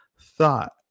thought